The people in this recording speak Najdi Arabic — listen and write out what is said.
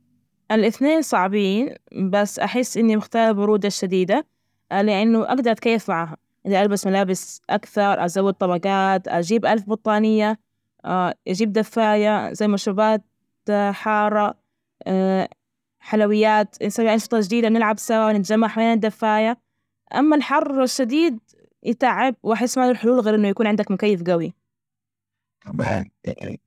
الإثنين صعبين. بس أحس إني بختار البرودة الشديدة لأنه أجدر أتكيف معها. إذا ألبس ملابس أكثر. أزود طبجات، أجيب ألف بطانية، أجيب دفاية، مشروبات حارة، حلويات نسوي أنشطة جديدة. نلعب سوا نتجمع حوالين الدفاية. أما الحر الشديد يتعب. وأحس ماله حلول، غير إنه يكون عندك مكيف قوي.